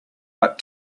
but